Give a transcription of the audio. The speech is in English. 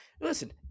Listen